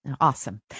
Awesome